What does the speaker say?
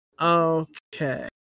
Okay